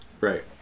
Right